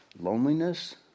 loneliness